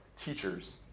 teachers